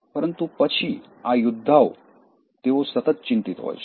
પરંતુ પછી આ યોદ્ધાઓ તેઓ સતત ચિંતિત હોય છે